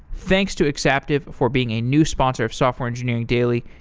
thanks to exaptive for being a new sponsor of software engineering daily.